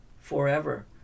forever